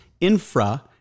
infra